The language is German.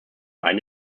eine